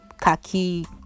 khaki